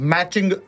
Matching